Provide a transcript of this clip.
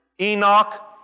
Enoch